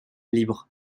libre